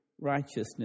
righteousness